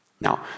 Now